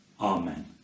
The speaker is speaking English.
amen